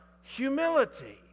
Humility